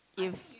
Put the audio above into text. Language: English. if